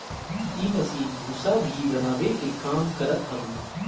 इ मशीन भूसा भी बनावे के काम करत हवे